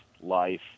life